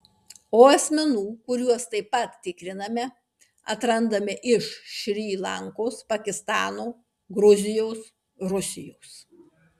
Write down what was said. o asmenų kuriuos taip pat tikriname atrandame iš šri lankos pakistano gruzijos rusijos